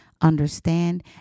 understand